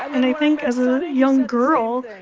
and i think as a young girl,